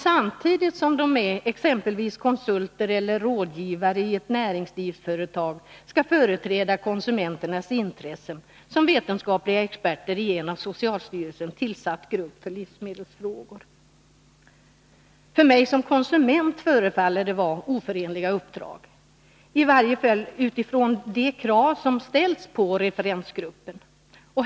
Samtidigt som de är exempelvis konsulter eller rådgivare i ett näringslivsföretag skall de alltså företräda konsumenternas intressen som vetenskapliga experter i en av socialstyrelsen tillsatt grupp för livsmedelsfrågor. För mig som konsument förefaller det vara oförenliga uppdrag, i varje fall utifrån de krav som ställts på referensgruppen.